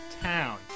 Town